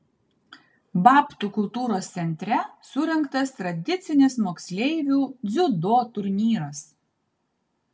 babtų kultūros centre surengtas tradicinis moksleivių dziudo turnyras